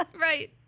Right